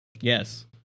Yes